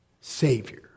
Savior